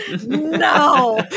no